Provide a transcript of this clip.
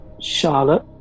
Charlotte